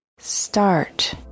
Start